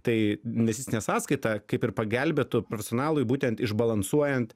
tai investicinė sąskaita kaip ir pagelbėtų personalui būtent išbalansuojant